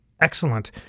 excellent